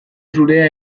zurea